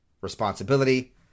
responsibility